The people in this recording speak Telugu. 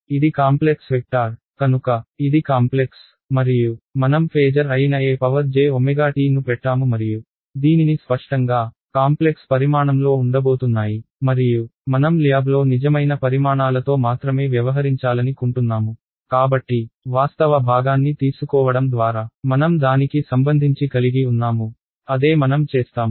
ఇది కాంప్లెక్స్ వెక్టార్ కనుక ఇది కాంప్లెక్స్ మరియు మనం ఫేజర్ అయిన e jt ను పెట్టాము మరియు దీనిని స్పష్టంగా కాంప్లెక్స్ పరిమాణంలో ఉండబోతున్నాయి మరియు మనం ల్యాబ్లో నిజమైన పరిమాణాలతో మాత్రమే వ్యవహరించాలని కుంటున్నాము కాబట్టి వాస్తవ భాగాన్ని తీసుకోవడం ద్వారా మనం దానికి సంబంధించి కలిగి ఉన్నాము అదే మనం చేస్తాము